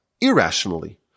irrationally